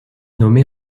nommée